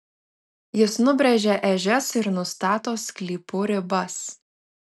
jis nubrėžia ežias ir nustato sklypų ribas